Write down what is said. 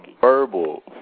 verbal